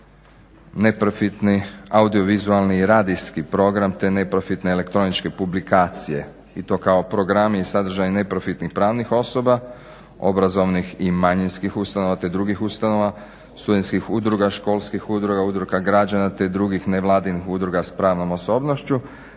neprofitni audiovizualni i radijski program te neprofitne elektroničke publikacije i to kao programi i sadržaji neprofitnih pravnih osoba, obrazovnih i manjinskih ustanova te drugih ustanova, studentskih udruga, školskih udruga, udruga građana te drugih nevladinih udruga s pravnom osobnošću